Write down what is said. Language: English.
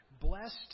Blessed